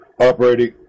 operating